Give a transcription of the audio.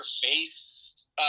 face